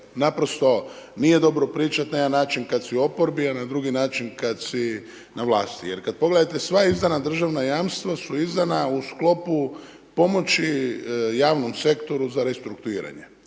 naprosto nije dobro pričati na jedan način kada si u oporbi a na drugi način kada si na vlasti. Jer kada pogledate sva izdana državna jamstva su izdana u sklopu pomoći javnom sektoru za restrukturiranje.